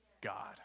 God